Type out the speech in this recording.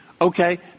Okay